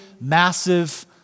massive